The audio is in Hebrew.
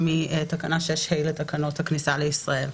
מתקנת 6(ה) לתקנות הכניסה לישראל.